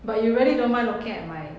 but you really don't mind looking at my